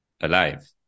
alive